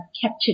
captured